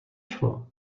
šlo